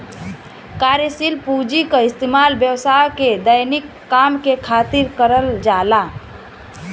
कार्यशील पूँजी क इस्तेमाल व्यवसाय के दैनिक काम के खातिर करल जाला